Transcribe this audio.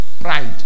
pride